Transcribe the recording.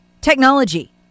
technology